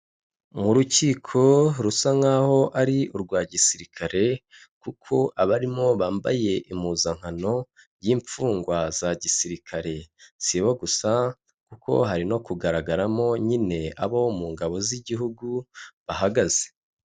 Mu rukiko rusa nk'aho ari urwa gisirikare kuko abarimo bambaye impuzankano y'imfungwa za gisirikare, sibo gusa kuko hari no kugaragaramo nyine abo mu ngabo z'igihugu bahagaze.